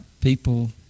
people